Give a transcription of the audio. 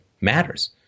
matters